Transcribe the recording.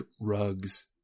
rugs